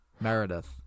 Meredith